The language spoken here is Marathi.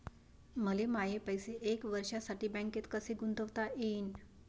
मले माये पैसे एक वर्षासाठी बँकेत कसे गुंतवता येईन?